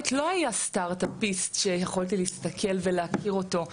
לא היה סטארטאפיסט שיכולתי להסתכל ולהכיר אותו.